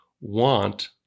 want